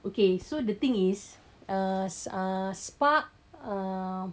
okay so the thing is uh uh spark